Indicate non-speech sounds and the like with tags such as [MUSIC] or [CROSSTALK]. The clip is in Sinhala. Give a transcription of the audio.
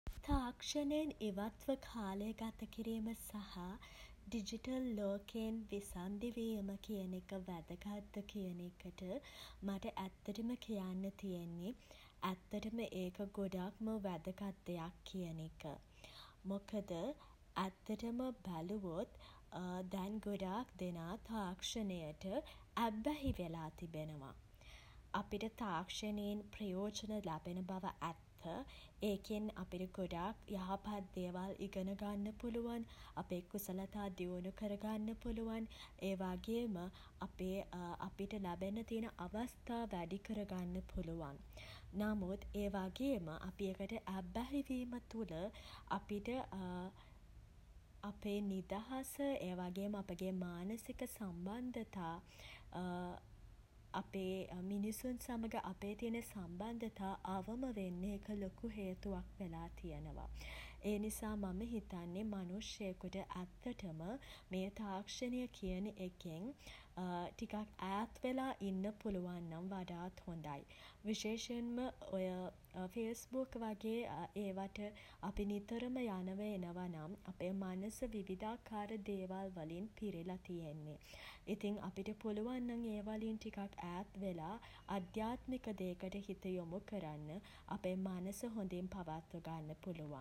තාක්ෂණයෙන් ඉවත්ව කාලය ගත කිරීම සහ [HESITATION] ඩිජිටල් ලෝකයෙන් විසන්ධි වීම කියන එක වැදගත්ද කියන එකට [HESITATION] මට ඇත්තටම කියන්න තියෙන්නෙ [HESITATION] ඇත්තටම ඒක ගොඩක්ම වැදගත් දෙයක් කියන එක. මොකද [HESITATION] ඇත්තටම බැලුවොත් [HESITATION] දැන් ගොඩක් දෙනා [HESITATION] තාක්ෂණයට ඇබ්බැහි වෙලා තිබෙනවා. අපිට තාක්ෂණයෙන් ප්‍රයෝජන ලැබෙන බව ඇත්ත. ඒකෙන් අපිට ගොඩක් යහපත් දේවල් ඉගෙන ගන්න පුළුවන්. අපේ කුසලතා දියුණු කරගන්න පුලුවන්. ඒ වගේම [HESITATION] අපේ අපිට ලැබෙන්න තියෙන අවස්ථා වැඩි කරගන්න පුළුවන්. නමුත් ඒ වගේම [HESITATION] අපි ඒකට ඇබ්බැහි වීම තුළ [HESITATION] අපිට [HESITATION] අපේ නිදහස [HESITATION] ඒ වගේම අපගේ මානසික සම්බන්ධතා [HESITATION] අපේ [HESITATION] මිනිසුන් සමඟ අපේ තියෙන සම්බන්ධතා අවම වෙන්න ඒක ලොකු හේතුවක් වෙලා තියෙනවා. ඒ නිසා මම හිතන්නේ මනුෂ්‍යයෙකුට ඇත්තටම [HESITATION] මේ තාක්ෂණය කියන එකෙන් ටිකක් ඈත්වෙලා ඉන්න පුළුවන් නම් වඩාත් හොඳයි. විශේෂයෙන්ම ඔය [HESITATION] ෆේස්බුක් වගේ ඒවට [HESITATION] අපි නිතරම යනවා එනවා නම් [HESITATION] අපේ මනස විවිධාකාර දේවල් වලින් පිරිලා තියෙන්නේ. ඉතින් අපිට පුළුවන් නම් ඒ වලින් ටිකක් ඈත් වෙලා අධ්‍යාත්මික දේකට හිත යොමු කරන්න [HESITATION] අපේ මනස හොඳින් පවත්ව ගන්න පුළුවන්.